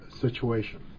situation